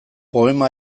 poema